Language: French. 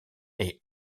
est